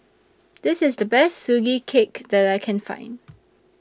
This IS The Best Sugee Cake that I Can Find